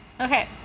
Okay